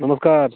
नमस्कार